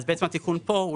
התיקון פה הוא